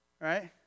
right